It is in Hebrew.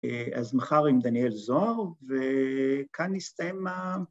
‫אז מחר עם דניאל זוהר, ‫וכאן נסתיים.